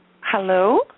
Hello